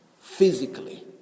physically